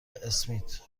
اسمیت